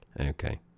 Okay